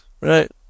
right